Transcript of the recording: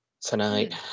tonight